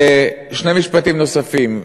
שני משפטים נוספים.